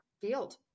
field